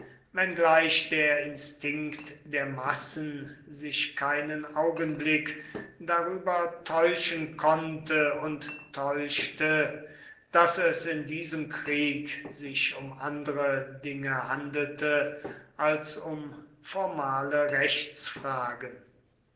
wenngleich der instinkt der massen sich keinen augenblick darüber täuschen konnte und täuschte daß es in diesem krieg sich um andere dinge handelte als um formale rechtsfragen